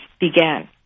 began